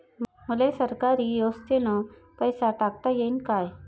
मले सरकारी योजतेन पैसा टाकता येईन काय?